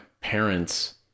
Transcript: parents